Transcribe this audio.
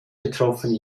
betroffen